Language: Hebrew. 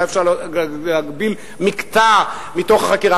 אולי אפשר להגביל מקטע מתוך החקירה,